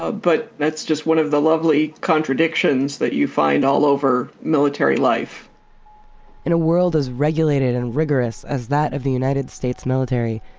ah but that's just one of the lovely contradictions that you find all over military life in a world as regulated and rigorous as that of the united states military,